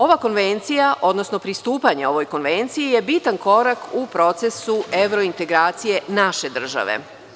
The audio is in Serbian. Ova konvencija, odnosno pristupanje ovoj konvenciji je bitan korak u procesu evrointegracije naše države.